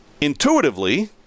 Intuitively